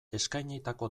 eskainitako